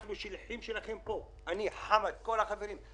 אנחנו שליחים שלכם פה אני, חמד, ע'דיר,